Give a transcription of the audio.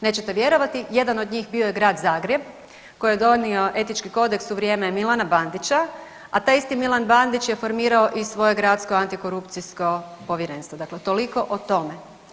Nećete vjerovati jedan od njih bio je Grad Zagreb koji je donio etički kodeks u vrijeme Milana Bandića, a taj isti Milan Bandić je formirao i svoje Gradsko antikorupcijsko povjerenstvo, dakle toliko o tome.